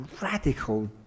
radical